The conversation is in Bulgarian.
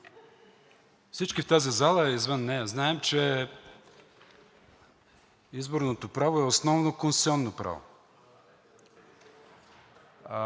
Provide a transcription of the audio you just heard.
Всички в тази зала, а и извън нея, знаем, че изборното право е основно конституционно право.